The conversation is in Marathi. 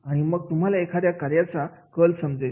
आणि मग तुम्हाला एखाद्या कार्याचा कल समजेल